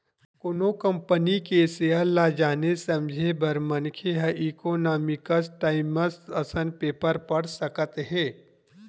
कोनो कंपनी के सेयर ल जाने समझे बर मनखे ह इकोनॉमिकस टाइमस असन पेपर पड़ सकत हे